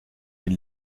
den